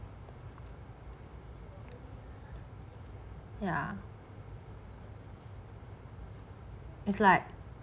ya it's like